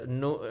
no